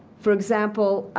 for example,